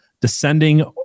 descending